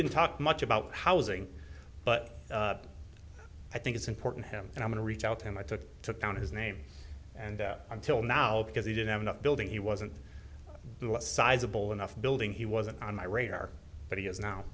didn't talk much about housing but i think it's important to him and i'm going to reach out to him i took took down his name and until now because he didn't have the building he wasn't sizable enough building he wasn't on my radar but he is